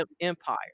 empire